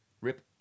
Rip